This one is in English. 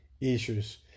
issues